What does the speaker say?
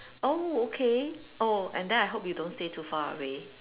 oh okay oh and then I hope you don't stay too far away